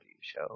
show